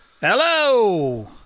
Hello